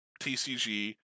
TCG